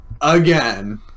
again